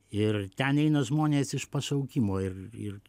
ir ten eina žmonės iš pašaukimo ir ir